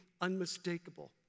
unmistakable